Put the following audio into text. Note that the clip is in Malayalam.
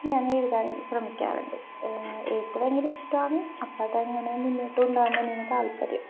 ഞാനെഴുതാൻ ശ്രമിക്കാറുണ്ട് എഴുത്ത് ഭയങ്കരം ഇഷ്ടമാണ് അപ്പോള് അതങ്ങനെ മുന്നോട്ട് കൊണ്ടുപോകുവാൻ തന്നെയാണ് താല്പര്യം